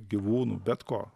gyvūnų bet ko